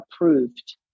approved